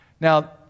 Now